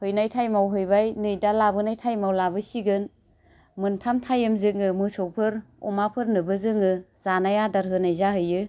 हैनाय टाइमाव हैबाय नै दा लाबोनाय टाइमआव लाबोसिगोन मोनथाम टाइम जोङो मोसौफोर अमाफोरनोबो जोङो जानाय आदार होनाय जाहैयो